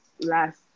last